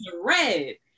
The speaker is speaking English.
red